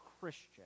Christian